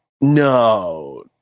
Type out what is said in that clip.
no